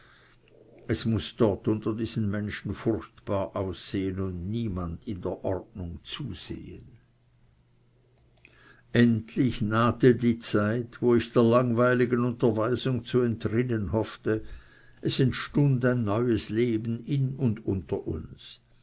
es muß dort unter diesen menschen furchtbar aussehen und niemand in der ordnung zusehen endlich nahte die zeit wo ich der langweiligen unterweisung zu entrinnen hoffte es entstund ein neues leben in und unter uns